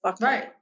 right